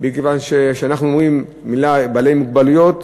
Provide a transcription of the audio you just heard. מכיוון שכשאנחנו אומרים בעלי מוגבלויות,